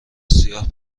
سیاه